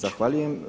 Zahvaljujem.